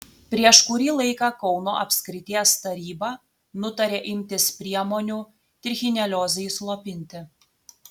prieš kurį laiką kauno apskrities taryba nutarė imtis priemonių trichineliozei slopinti